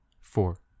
four